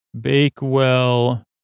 Bakewell